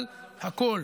אבל הכול